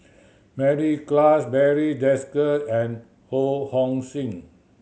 Mary Klass Barry Desker and Ho Hong Sing